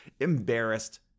embarrassed